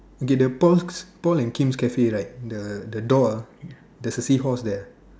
okay the Paul's the Paul and Kim's cafe right the door ah there's a seahorse there